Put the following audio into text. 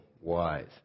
wise